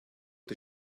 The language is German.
die